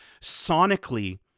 sonically